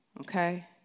Okay